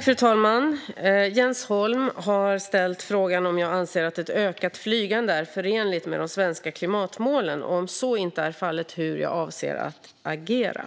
Fru talman! Jens Holm har ställt frågan om jag anser att ett ökat flygande är förenligt med de svenska klimatmålen och, om så inte är fallet, hur jag avser att agera.